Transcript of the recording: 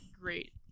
great